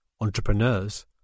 entrepreneurs